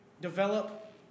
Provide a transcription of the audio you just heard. Develop